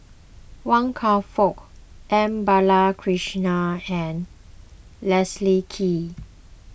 Wan Kam Fook M Balakrishnan and Leslie Kee